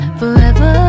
forever